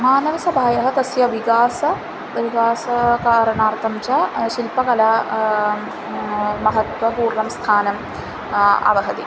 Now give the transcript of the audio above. मानवसभायः तस्य विकासः विकासकारणार्थं च शिल्पकला महत्वपूर्णं स्थानम् आवहति